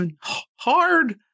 Hard